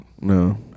No